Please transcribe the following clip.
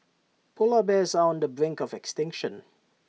Polar Bears are on the brink of extinction